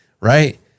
right